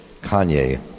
Kanye